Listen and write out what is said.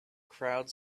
crowd